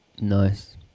Nice